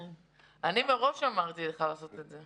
אני מראש אמרתי לך לעשות את זה.